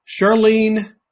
Charlene